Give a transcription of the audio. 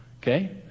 okay